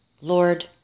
Lord